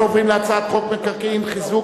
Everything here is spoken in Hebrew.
אנחנו עוברים להצעת חוק המקרקעין (חיזוק